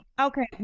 okay